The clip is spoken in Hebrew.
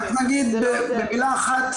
רק אגיד במילה אחת,